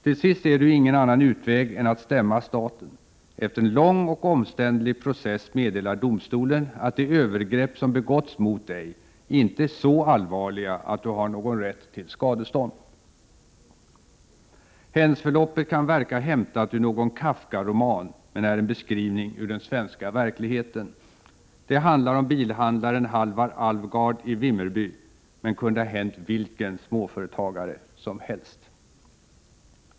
Till sist ser du ingen annan utväg än att stämma staten. Efter en lång och omständlig process meddelar domstolen att de övergrepp som begåtts mot dig inte är så allvarliga att du har någon rätt till skadestånd. Händelseförloppet kan verka hämtat ur någon Kafkaroman, men är en beskrivning ur den svenska verkligheten. Det handlar om bilhandlaren Halvar Alvgard i Vimmerby, men kunde ha hänt vilken småföretagare som helst.